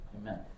Amen